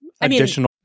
additional